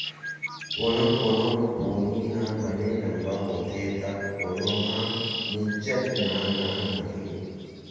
कोनो कोनो पोनी ह बने लंबा होथे त कोनो ह निच्चट नान नान होथे